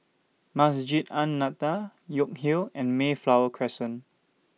Masjid An Nahdhah York Hill and Mayflower Crescent